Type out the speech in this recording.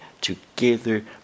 together